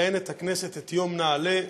מציינת הכנסת את יום נעל"ה.